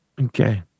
Okay